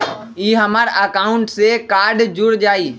ई हमर अकाउंट से कार्ड जुर जाई?